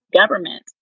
government